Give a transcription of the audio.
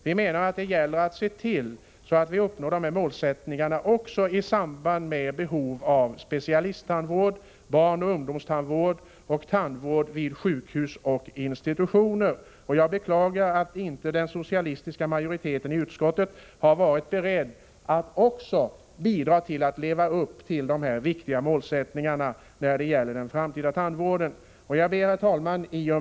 Vi menar att det gäller att se till att vi uppnår dessa målsättningar även i samband med behov av specialisttandvård, barnoch ungdomstandvård och tandvård vid sjukhus och institutioner. Jag beklagar att inte den socialistiska majoriteten i utskottet också har varit beredd att bidra till att leva upp till de här viktiga målsättningarna för den framtida tandvården. Herr talman!